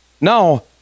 No